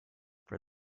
for